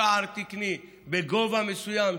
שער תקני בגובה מסוים,